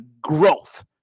growth